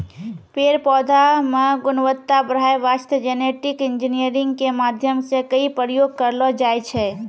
पेड़ पौधा मॅ गुणवत्ता बढ़ाय वास्तॅ जेनेटिक इंजीनियरिंग के माध्यम सॅ कई प्रयोग करलो जाय छै